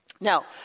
Now